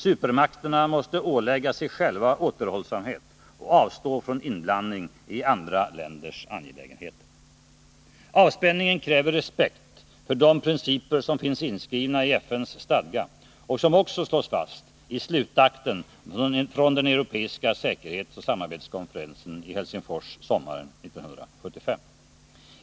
Supermakterna måste ålägga sig själva återhållsamhet och avstå från inblandning i andra länders angelägenheter. Avspänningen kräver respekt för de principer som finns inskrivna i FN:s stadga och som också slås fast i slutakten från den europeiska säkerhetsoch samarbetskonferensen i Helsingfors sommaren 1975.